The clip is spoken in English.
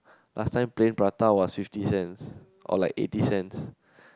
last time plain prata was fifty cents or like eighty cents